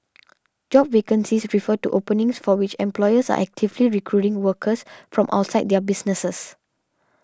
job vacancies refer to openings for which employers are actively recruiting workers from outside their businesses